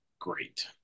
great